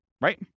Right